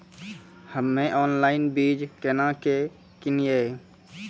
हम्मे ऑनलाइन बीज केना के किनयैय?